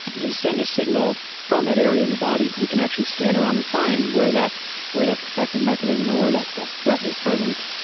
is send a signal from that area in the body, we can actually scan around and find where that where that protective mechanism or where that that threat is present.